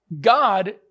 God